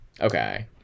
Okay